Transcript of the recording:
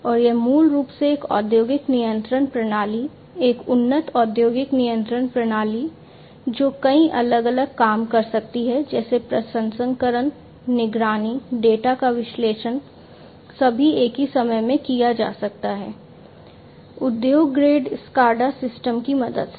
और यह मूल रूप से एक औद्योगिक नियंत्रण प्रणाली एक उन्नत औद्योगिक नियंत्रण प्रणाली है जो कई अलग अलग काम कर सकती है जैसे प्रसंस्करण निगरानी डेटा का विश्लेषण सभी एक ही समय में किया जा सकता है उद्योग ग्रेड स्काडा सिस्टम की मदद से